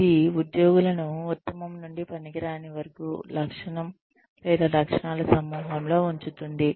ఇది ఉద్యోగులను ఉత్తమం నుండి పనికిరాని వరకు లక్షణం లేదా లక్షణాల సమూహంలో ఉంచుతుంది